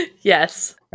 Yes